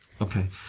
Okay